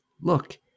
Look